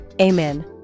Amen